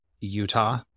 Utah